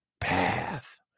path